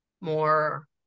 more